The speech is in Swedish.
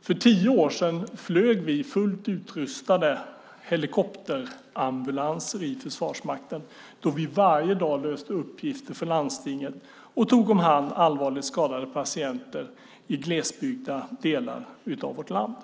För tio år sedan flög vi fullt utrustade helikopterambulanser i Försvarsmakten då vi varje dag löste uppgifter för landstingen och tog om hand allvarligt skadade patienter i glesbebyggda delar av vårt land.